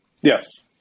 Yes